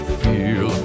feel